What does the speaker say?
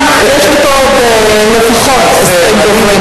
יש לי פה עוד לפחות 20 דוברים.